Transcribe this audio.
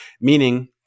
meaning